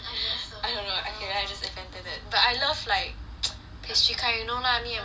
I don't know okay then I just invented it but I love like pastry kind you know lah me and mummy